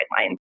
guidelines